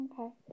Okay